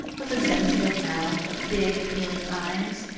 with a sensitive mouth, and big, appealing eyes,